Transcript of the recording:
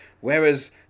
Whereas